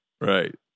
Right